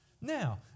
Now